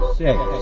six